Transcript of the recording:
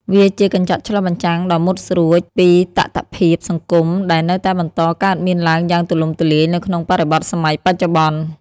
វាជាកញ្ចក់ឆ្លុះបញ្ចាំងដ៏មុតស្រួចពីតថភាពសង្គមដែលនៅតែបន្តកើតមានឡើងយ៉ាងទូលំទូលាយនៅក្នុងបរិបទសម័យបច្ចុប្បន្ន។